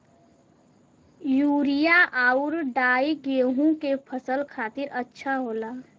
urea आउर डाई गेहूं के फसल खातिर अच्छा होला